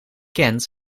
kent